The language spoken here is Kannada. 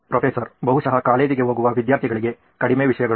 ಪ್ರೊಫೆಸರ್ ಬಹುಶಃ ಕಾಲೇಜಿಗೆ ಹೋಗುವ ವಿದ್ಯಾರ್ಥಿಗಳಿಗೆ ಕಡಿಮೆ ವಿಷಯಗಳು